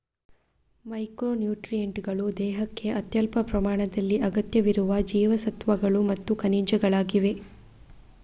micro ನ್ಯೂಟ್ರಿಯೆಂಟುಗಳು ದೇಹಕ್ಕೆ ಅತ್ಯಲ್ಪ ಪ್ರಮಾಣದಲ್ಲಿ ಅಗತ್ಯವಿರುವ ಜೀವಸತ್ವಗಳು ಮತ್ತು ಖನಿಜಗಳಾಗಿವೆ